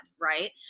right